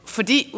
Fordi